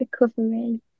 recovery